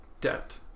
debt